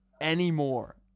anymore